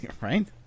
Right